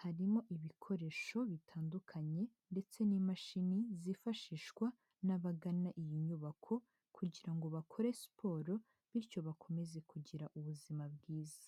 harimo ibikoresho bitandukanye ndetse n'imashini zifashishwa n'abagana iyi nyubako kugira ngo bakore siporo, bityo bakomeze kugira ubuzima bwiza.